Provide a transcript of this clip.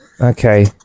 okay